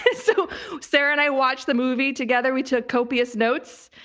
so sarah and i watched the movie together. we took copious notes.